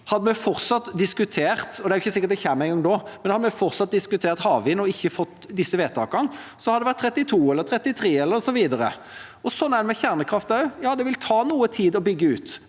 hadde vi fortsatt diskutert havvind og ikke fått disse vedtakene, hadde det vært 2032, 2033 eller videre. Sånn er det med kjernekraft også: Det vil ta noe tid å bygge ut,